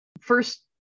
First